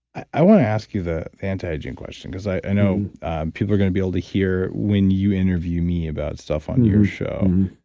i want to ask you the antiaging question because i know people are going to be able to hear when you interview me about stuff on your show.